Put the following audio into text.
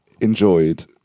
enjoyed